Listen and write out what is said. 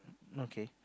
okay